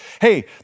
Hey